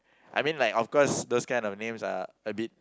I mean like of course those kind of names are a bit